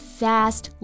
fast